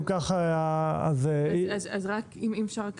אם אפשר,